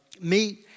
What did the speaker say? meet